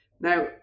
Now